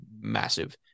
massive